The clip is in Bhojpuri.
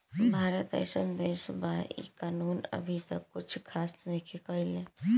भारत एइसन देश बा इ कानून अभी तक कुछ खास नईखे कईले